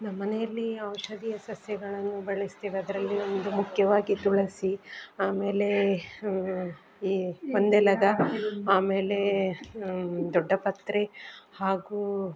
ನಮ್ಮ ಮನೆಯಲ್ಲಿ ಔಷಧೀಯ ಸಸ್ಯಗಳನ್ನು ಬೆಳೆಸ್ತೀವಿ ಅದರಲ್ಲಿ ಒಂದು ಮುಖ್ಯವಾಗಿ ತುಳಸಿ ಆಮೇಲೆ ಈ ಒಂದೆಲಗ ಆಮೇಲೆ ದೊಡ್ಡಪತ್ರೆ ಹಾಗೂ